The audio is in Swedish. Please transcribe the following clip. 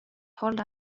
hålla